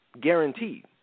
guaranteed